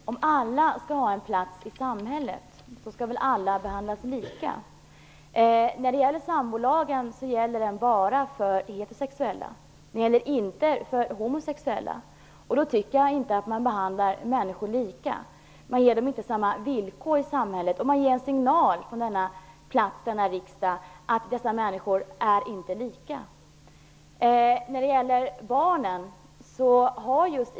Herr talman! Om alla skall ha en plats i samhället, skall väl alla behandlas lika. Sambolagen gäller bara heterosexuella, inte homosexuella. Jag tycker inte att det är att behandla människor lika. Man ger inte människor samma villkor i samhället, och vi ger från denna riksdag en signal om att människor inte är lika.